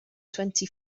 twenty